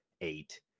Eight